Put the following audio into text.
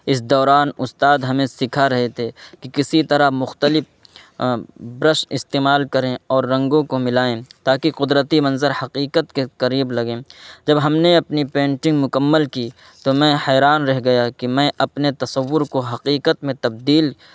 اس دوران استاد ہمیں سکھا رہے تھے کہ کسی طرح مختلف برش استعمال کریں اور رنگوں کو ملائیں تاکہ قدرتی منظر حقیقت کے قریب لگیں جب ہم نے اپنی پینٹنگ مکمل کی تو میں حیران رہ گیا کہ میں اپنے تصور کو حقیقت میں تبدیل